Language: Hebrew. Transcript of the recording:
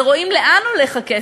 ורואים לאן הולך הכסף,